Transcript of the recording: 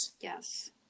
Yes